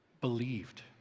believed